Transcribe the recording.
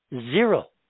Zero